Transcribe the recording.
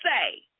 say